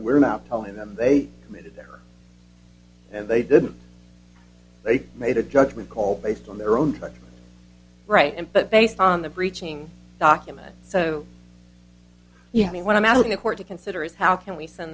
we're not telling them they committed there and they didn't they made a judgment call based on their own right and but based on the breaching documents so yeah i mean when i'm out in the court to consider is how can we send